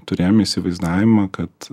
turėjom įsivaizdavimą kad